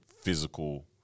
physical